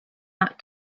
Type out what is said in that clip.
out